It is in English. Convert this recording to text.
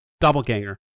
doppelganger